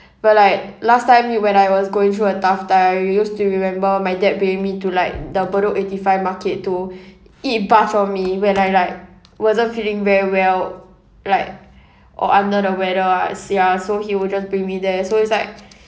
but like last time when I was going through a tough time I used to remember my dad bringing me to like the bedok eighty five market to eat bak chor mee when I like wasn't feeling very well like or under the weather ah sia so he will just bring me there so it's like